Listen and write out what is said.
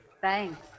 Thanks